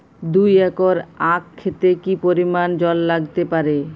দুই একর আক ক্ষেতে কি পরিমান জল লাগতে পারে?